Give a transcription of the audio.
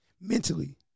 mentally